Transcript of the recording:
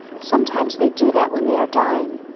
sometimes they do that when they are dying,